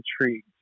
intrigued